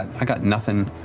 i got nothing.